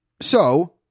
So-